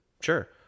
Sure